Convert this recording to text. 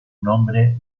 nombre